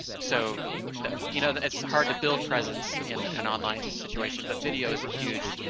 so tha you know that it's hard to build presence in an online situation, but video is a huge